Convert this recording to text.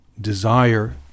desire